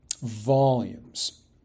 Volumes